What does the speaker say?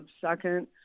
second